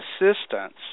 assistance